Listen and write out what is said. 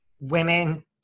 women